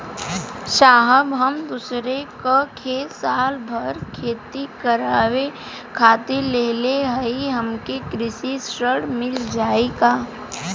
साहब हम दूसरे क खेत साल भर खेती करावे खातिर लेहले हई हमके कृषि ऋण मिल जाई का?